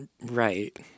Right